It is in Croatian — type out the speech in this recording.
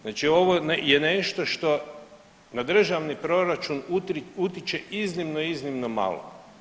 Znači ovo je nešto što na državni proračun utiče iznimno, iznimno malo.